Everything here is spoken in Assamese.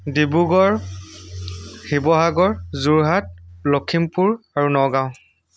ডিবুগড় শিৱসাগৰ যোৰহাট লক্ষীমপুৰ আৰু নগাওঁ